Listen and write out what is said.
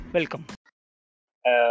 Welcome